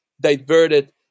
diverted